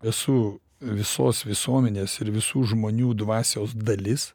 esu visos visuomenės ir visų žmonių dvasios dalis